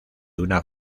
una